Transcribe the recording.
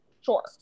Sure